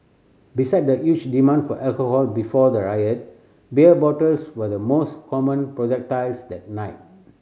beside the huge demand for alcohol before the riot beer bottles were the most common projectiles that night